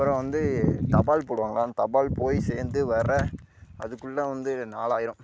அப்புறம் வந்து தபால் போடுவாங்களா தபால் போய் சேர்ந்து வர அதுக்குள்ள வந்து நாளாயிடும்